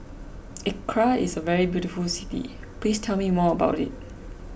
Accra is a very beautiful city Please tell me more about it